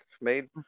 made